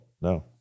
no